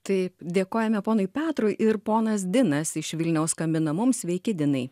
taip dėkojame ponui petrui ir ponas dinas iš vilniaus skambina mums sveiki dinai